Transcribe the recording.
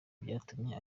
byatumye